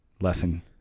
Lesson